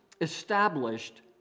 established